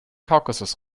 kaukasus